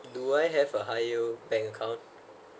do I have a high yield bank account